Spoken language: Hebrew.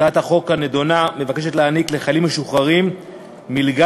הצעת החוק הנדונה מבקשת להעניק לחיילים משוחררים מלגה